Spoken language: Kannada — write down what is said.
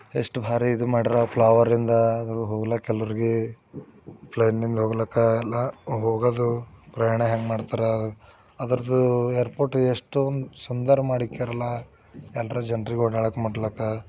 ಎಷ್ಟು ಭಾರಿ ಇದು ಮಾಡ್ಯಾರ ಫ್ಲವರಿಂದ ಅದು ಹೋಗ್ಲಿಕ್ಕೆ ಎಲ್ಲರಿಗೆ ಪ್ಲೇನ್ನಿಂದ ಹೋಗ್ಲಿಕ್ಕೆ ಎಲ್ಲ ಹೋಗಲ್ಲದು ಪ್ರಯಾಣ ಹೆಂಗೆ ಮಾಡ್ತಾರೆ ಅದ್ರದ್ದು ಏರ್ಪೋರ್ಟ್ ಎಷ್ಟೊಂದು ಸುಂದರ ಮಾಡಿಕ್ಯಾರಲ್ಲ ಎಲ್ರು ಜನ್ರಿಗೆ ಓಡಾಡೋದು ಮಾಡ್ಲಿಕ್ಕೆ